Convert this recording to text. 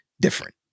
different